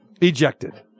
ejected